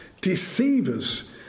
deceivers